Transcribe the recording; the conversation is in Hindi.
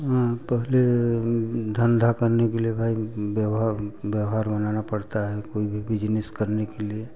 पहले धंधा करने के लिए भाई व्यवहार बनाना पड़ता है कोई भी बिजनेस करने के लिए